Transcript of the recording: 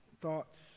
thoughts